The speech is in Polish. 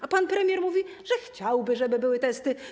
A pan premier mówi, że chciałby, żeby były testy.